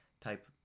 type